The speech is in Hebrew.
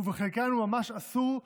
ובחלקן הוא ממש אסור,